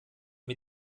mit